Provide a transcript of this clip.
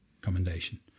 commendation